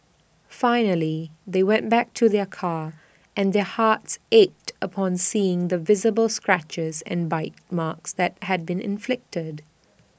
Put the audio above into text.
finally they went back to their car and their hearts ached upon seeing the visible scratches and bite marks that had been inflicted